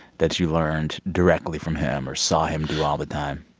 that you learned directly from him or saw him do all the time?